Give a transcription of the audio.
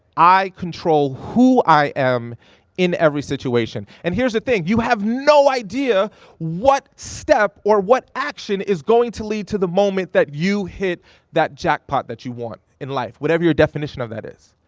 i control who i am in every situation. and here's the thing, you have no idea what step or what action is going to lead to the moment that you hit that jackpot that you want in life, whatever your definition of that is.